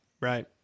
Right